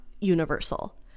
universal